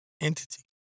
entity